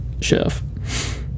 chef